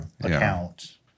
account